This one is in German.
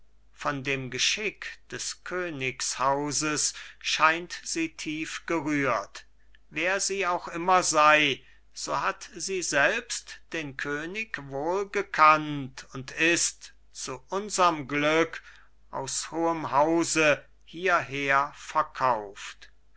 von dem geschick des königs hauses scheint sie tief gerührt wer sie auch immer sei so hat sie selbst den könig wohl gekannt und ist zu unserm glück aus hohem hause hierher verkauft